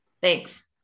Thanks